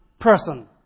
person